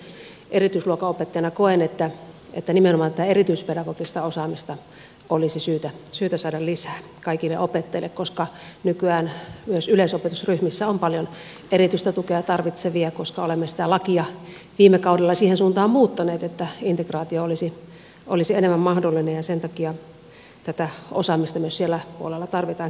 itse erityisluokan opettajana koen että nimenomaan tätä erityispedagogista osaamista olisi syytä saada lisää kaikille opettajille koska nykyään myös yleisopetusryhmissä on paljon erityistä tukea tarvitsevia koska olemme sitä lakia viime kaudella siihen suuntaan muuttaneet että integraatio olisi enemmän mahdollinen ja sen takia tätä osaamista myös siellä puolella tarvitaan kipeästi